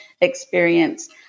experience